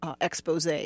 Expose